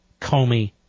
Comey